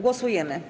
Głosujemy.